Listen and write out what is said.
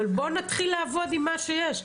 אבל בואו נתחיל לעבוד עם מה שיש.